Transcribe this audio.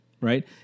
right